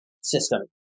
system